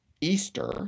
Easter